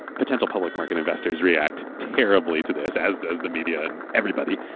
potential public market investors react terribly to this, as does the media and everybody.